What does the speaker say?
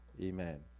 amen